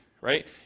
right